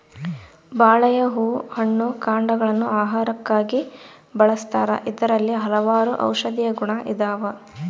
ಬಾಳೆಯ ಹೂ ಹಣ್ಣು ಕಾಂಡಗ ಳನ್ನು ಆಹಾರಕ್ಕಾಗಿ ಬಳಸ್ತಾರ ಇದರಲ್ಲಿ ಹಲವಾರು ಔಷದಿಯ ಗುಣ ಇದಾವ